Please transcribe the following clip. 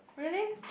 really